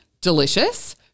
delicious